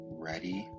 Ready